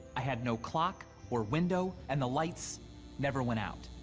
i had no clock or window, and the lights never went out.